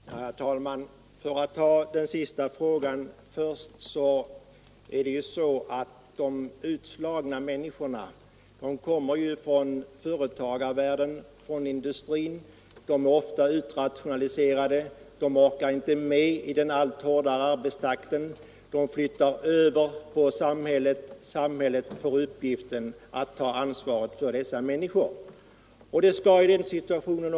Herr talman! För att ta den sista frågan först vill jag svara att de utslagna människorna ju kommer från företagarvärlden, från industrin. De är ofta utrationaliserade, de orkar inte med i den allt hårdare akten, utan de flyttar då på samhället över uppgiften att ta ansvaret för dem — och det skall samhället också göra i den situationen.